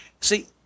See